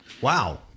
Wow